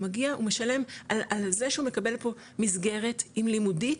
הוא מגיע הוא משלם על זה שהוא מקבל פה מסגרת עם לימודים,